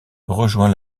rejoint